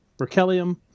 berkelium